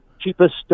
cheapest